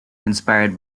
inspired